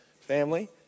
family